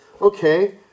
okay